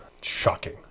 Shocking